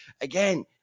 again